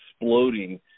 exploding